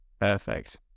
Perfect